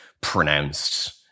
pronounced